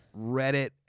Reddit